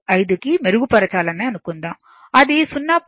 95 కి మెరుగుపరచాలని అనుకుందాం అది 0